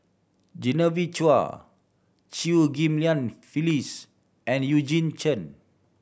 Genevieve Chua Chew Ghim Lian Phyllis and Eugene Chen